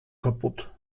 kaputt